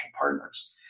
Partners